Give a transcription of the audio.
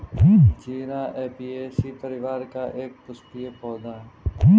जीरा ऍपियेशी परिवार का एक पुष्पीय पौधा है